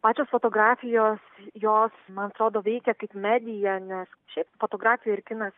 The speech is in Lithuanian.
pačios fotografijos jos man atrodo veikia kaip medija nes šiaip fotografija ir kinas